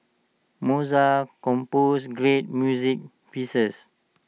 Mozart composed great music pieces